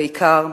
בעיקר בכלכלה.